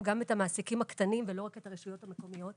גם את המעסיקים הקטנים ולא רק את הרשויות המקומיות,